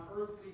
earthly